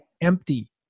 empty